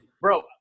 Bro